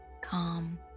calm